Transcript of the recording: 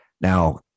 Now